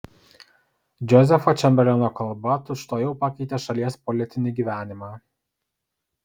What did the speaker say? džozefo čemberleno kalba tučtuojau pakeitė šalies politinį gyvenimą